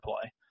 play